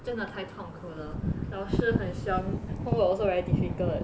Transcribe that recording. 真的太痛苦了老师很凶 homework also very difficult